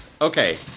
Okay